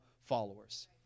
followers